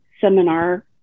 seminar